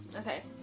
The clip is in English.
okay,